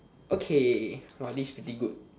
okay !wow! this pretty good